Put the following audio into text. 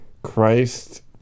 Christ